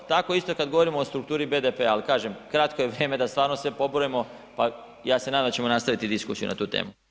Tako isto kada govorimo o strukturi BDP-a ali kažem kratko je vrijeme da stvarno sve pobrojimo, pa ja se nadam da ćemo nastaviti diskusiju na tu temu.